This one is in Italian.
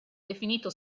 definito